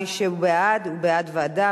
מי שבעד, הוא בעד ועדה.